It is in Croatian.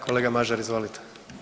Kolega Mažar izvolite.